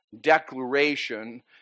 declaration